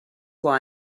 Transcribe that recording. why